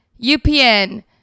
UPN